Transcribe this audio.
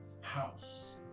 House